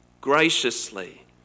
graciously